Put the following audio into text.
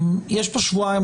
יש פה שבועיים,